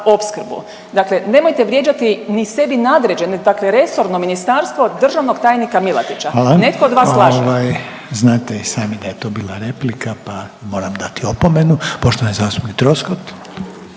opskrbu. Dakle, nemojte vrijeđati ni sebi nadređene, dakle resorno ministarstvo državnog tajnika Milatića …/Upadica: Hvala./… netko od vas laže. **Reiner, Željko (HDZ)** Ovaj znate i sami da je to bila replika pa moram dati opomenu. Poštovani zastupnik Troskot.